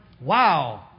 Wow